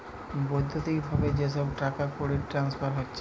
বৈদ্যুতিক ভাবে যে সব টাকাকড়ির ট্রান্সফার হচ্ছে